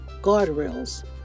guardrails